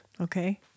Okay